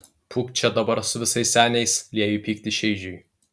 pūk čia dabar su visais seniais lieju pyktį šeižiui